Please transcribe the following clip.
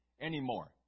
anymore